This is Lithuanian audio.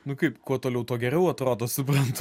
nu kaip kuo toliau tuo geriau atrodo suprantu